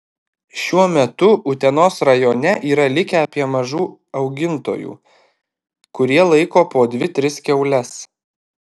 šiuo metu utenos rajone yra likę apie mažų augintojų kurie laiko po dvi tris kiaules